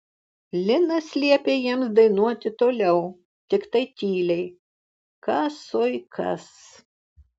linas liepė jiems dainuoti toliau tiktai tyliai kas oi kas